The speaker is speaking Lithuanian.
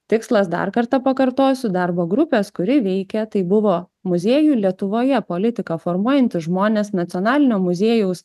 tikslas dar kartą pakartosiu darbo grupės kuri veikia tai buvo muziejų lietuvoje politiką formuojantys žmonės nacionalinio muziejaus